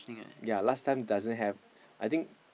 ya last time doesn't have